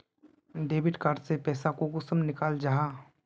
Debit card से पैसा कुंसम निकलाल जाहा?